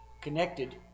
connected